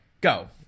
go